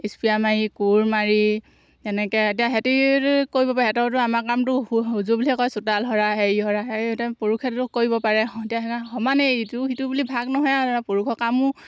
ইস্পিয়া মাৰি কোৰ মাৰি তেনেকৈ এতিয়া হেতিটো কৰিব পাৰে সিহঁতৰো আমাৰ কামটো উজু বুলি কয় চোতাল সৰা হেৰি সৰা সেই এতিয়া পুৰুষেতো কৰিব পাৰে এতিয়া সেইকাৰণে সমানেই এইটো সিটো বুলি ভাগ নহয় আৰু পুৰুষৰ কামো